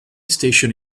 station